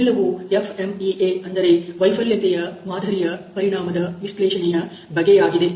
ಇದೆಲ್ಲವೂ FMEA ಅಂದರೆ ವೈಫಲ್ಯತೆ ಮಾದರಿಯ ಪರಿಣಾಮದ ವಿಶ್ಲೇಷಣೆಯ ಬಗ್ಗೆಯಾಗಿದೆ